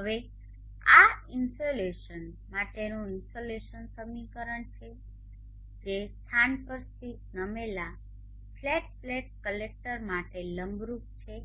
હવે આ ઇન્સોલેશન માટેનું ઇન્સોલેશન સમીકરણ છે જે સ્થાન પર સ્થિત નમેલા ફ્લેટ પ્લેટ કલેક્ટર માટે લંબરૂપ છે